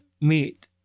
meet